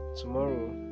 tomorrow